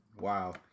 Wow